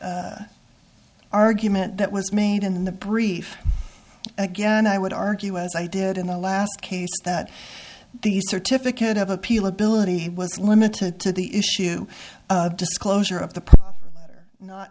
argument that was made in the brief again i would argue as i did in the last case that the certificate of appeal ability he was limited to the issue of disclosure of the latter not